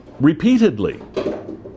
repeatedly